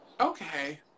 Okay